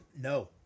No